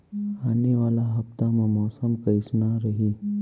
आने वाला हफ्ता मा मौसम कइसना रही?